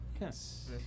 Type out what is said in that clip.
Yes